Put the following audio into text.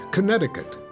Connecticut